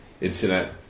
internet